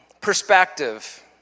perspective